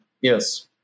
Yes